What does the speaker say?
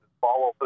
follow